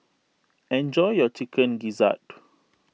enjoy your Chicken Gizzard